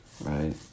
right